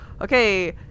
okay